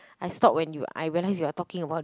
I stop when you I realise you are talking about it